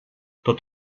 tot